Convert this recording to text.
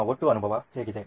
ನಿಮ್ಮ ಒಟ್ಟು ಅನುಭವ ಹೇಗಿದೆ